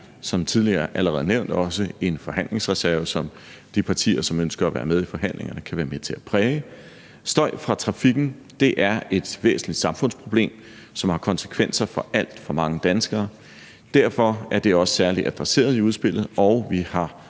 som tidligere nævnt, også en forhandlingsreserve, som de partier, som ønsker at være med i forhandlingerne, kan være med til at præge. Støj fra trafikken er et væsentligt samfundsproblem, som har konsekvenser for alt for mange danskere. Derfor er det også særligt adresseret i udspillet, og vi har